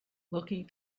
looking